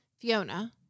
Fiona